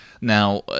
Now